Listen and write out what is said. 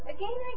Again